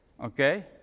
okay